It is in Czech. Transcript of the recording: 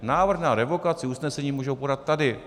Návrh na revokaci usnesení můžou podat tady.